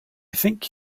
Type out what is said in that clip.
think